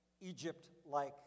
Egypt-like